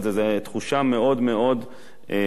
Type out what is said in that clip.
זו תחושה מאוד מאוד מטרידה